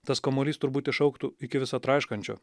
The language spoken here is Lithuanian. tas kamuolys turbūt išaugtų iki visa traiškančio